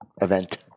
Event